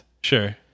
Sure